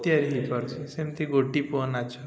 ତିଆରି ହେଇପାରୁଛି ସେମିତି ଗୋଟି ପୁଅ ନାଚ